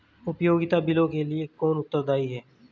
उपयोगिता बिलों के लिए कौन उत्तरदायी है?